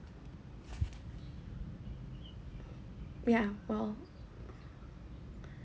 yeah well